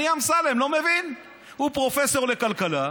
אני, אמסלם, לא מבין, הוא פרופסור לכלכלה.